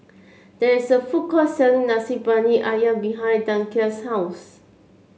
there is a food court selling Nasi Briyani ayam behind Danica's house